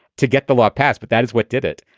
to get the law passed, but that is what did it.